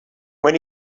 when